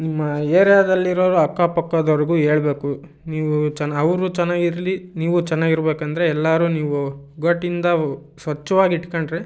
ನಿಮ್ಮ ಏರಿಯಾದಲ್ಲಿರೋರು ಅಕ್ಕಪಕ್ಕದವರ್ಗೂ ಹೇಳ್ಬೇಕು ನೀವು ಚನಾ ಅವರೂ ಚೆನ್ನಾಗಿರ್ಲಿ ನೀವು ಚೆನ್ನಾಗಿರ್ಬೇಕಂದ್ರೆ ಎಲ್ಲರೂ ನೀವು ಒಗ್ಗಟ್ಟಿಂದ ಸ್ವಚ್ಛವಾಗಿ ಇಟ್ಕೊಂಡ್ರೆ